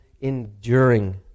enduring